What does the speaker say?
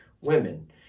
women